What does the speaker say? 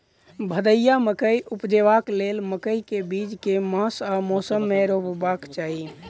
भदैया मकई उपजेबाक लेल मकई केँ बीज केँ मास आ मौसम मे रोपबाक चाहि?